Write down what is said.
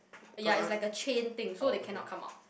ya it's like a chain thing so they cannot come out